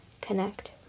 connect